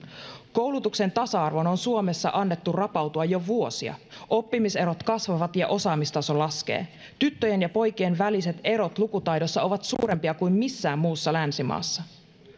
koulutuksen tasa arvon on suomessa annettu rapautua jo vuosia oppimiserot kasvavat ja osaamistaso laskee tyttöjen ja poikien väliset erot lukutaidossa ovat suurempia kuin missään muussa länsimaassa